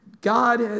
God